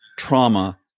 trauma